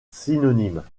synonymes